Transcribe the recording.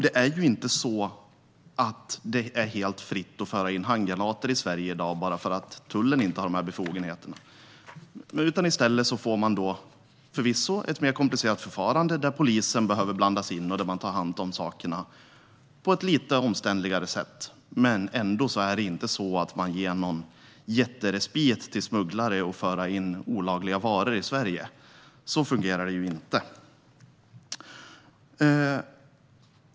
Det är inte helt fritt att föra in handgranater i Sverige i dag bara för att tullen inte har befogenheter. I stället får man ett mer komplicerat förfarande där polisen behöver blandas in och där man tar hand om sakerna på ett lite omständligare sätt. Men man ger ingen jätterespit till smugglare att föra in olagliga varor till Sverige. Så fungerar det inte.